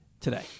today